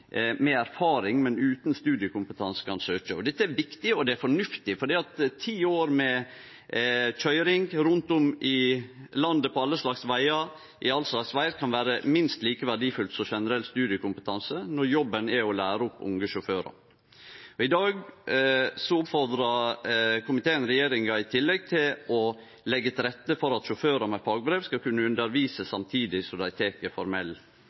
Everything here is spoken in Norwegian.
med erfaring, men utan studiekompetanse, kan søkje. Dette er viktig og fornuftig, for ti år med køyring rundt om i landet på alle slags vegar i alt slags vêr kan vere minst like verdifullt som generell studiekompetanse når jobben er å lære opp unge sjåførar. I dag oppfordrar komiteen regjeringa i tillegg om å leggje til rette for at sjåførar med fagbrev skal kunne undervise samtidig som dei tek formell